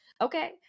Okay